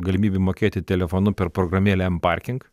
galimybei mokėti telefonu per programėlę em parking